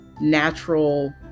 natural